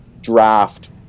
draft